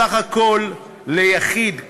סך הכול ליחיד,